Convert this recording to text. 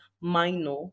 minor